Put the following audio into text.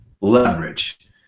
Leverage